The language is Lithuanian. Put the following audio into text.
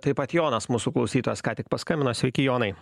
taip pat jonas mūsų klausytojas ką tik paskambino sveiki jonai